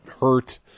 hurt